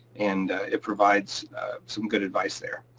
and it provides some good advice there.